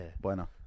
Bueno